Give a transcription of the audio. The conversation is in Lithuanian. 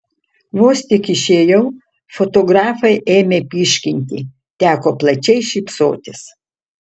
vos tik išėjau fotografai ėmė pyškinti teko plačiai šypsotis